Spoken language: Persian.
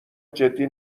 جدی